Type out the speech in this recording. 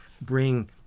bring